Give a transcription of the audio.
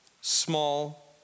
small